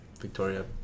Victoria